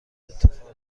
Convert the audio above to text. اتفاقی